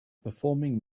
performing